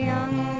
young